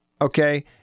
okay